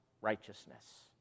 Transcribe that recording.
righteousness